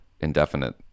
indefinite